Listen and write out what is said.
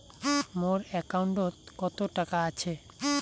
মোর একাউন্টত কত টাকা আছে?